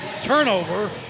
Turnover